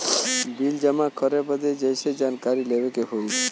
Bill जमा करे बदी कैसे जानकारी लेवे के होई?